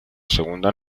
segunda